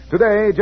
Today